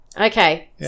Okay